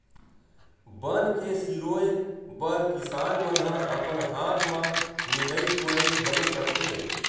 बन के सिरोय बर किसान मन ह अपन हाथ म निंदई कोड़ई घलो करथे